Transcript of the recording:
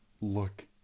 look